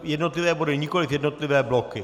Jednotlivé body, nikoliv jednotlivé bloky?